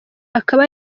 akaba